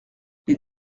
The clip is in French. les